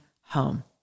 home